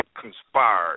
conspired